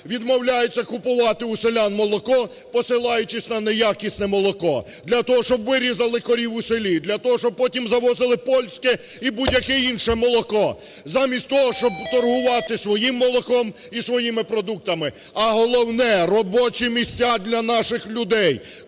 відмовляється купувати у селян молоко, посилаючись на неякісне молоко, для того, щоб вирізали корів у селі, для того, щоб потім завозили польське і будь-яке інше молоко. Замість того, щоб торгувати своїм молоком і своїми продуктами. А головне – робочі місця для наших людей.